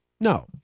No